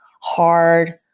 hard